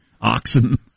Oxen